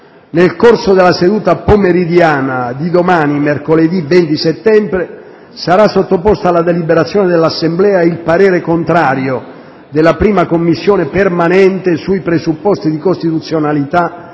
Nel corso della seduta pomeridiana di domani, mercoledì 20 settembre, sarà sottoposto alla deliberazione dell'Assemblea il parere contrario della 1a Commissione permanente sui presupposti di costituzionalità